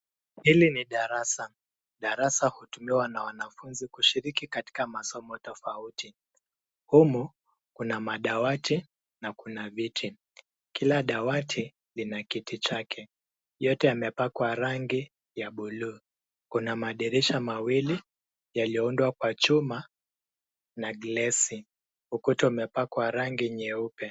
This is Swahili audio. Hili ni darasa. Darasa hutumiwa na wanafunzi kushiriki katika masomo tofauti. Humu kuna madawati na kuna viti. Kila dawati lina kiti chake, yote yamepakwa rangi ya buluu. Kuna madirisha mawili yaliyoundwa kwa chuma na glesi. Ukuta umepakwa rangi nyeupe.